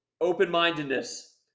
open-mindedness